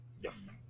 Yes